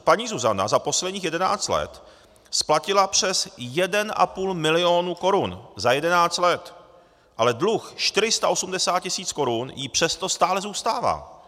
Paní Zuzana za posledních jedenáct let splatila přes 1,5 milionu korun za jedenáct let! ale dluh 480 tis. korun jí přesto stále zůstává.